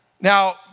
now